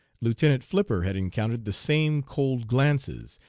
lieutenant flipper had encountered the same cold glances,